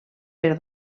per